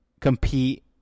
compete